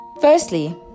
Firstly